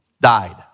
died